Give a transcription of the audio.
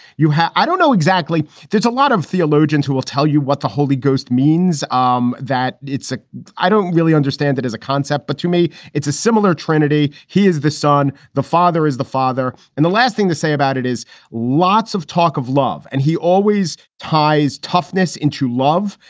you have i don't know exactly. there's a lot of theologians who will tell you what the holy ghost means, um that it's a i don't really understand that as a concept. but to me, it's a similar trinity. he is the son. the father is the father. and the last thing to say about it is lots of talk of love. and he always ties toughness into love.